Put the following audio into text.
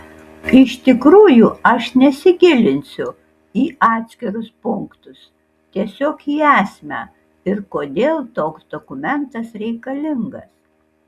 iš tikrųjų aš nesigilinsiu į atskirus punktus tiesiog į esmę ir kodėl toks dokumentas reikalingas